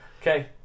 okay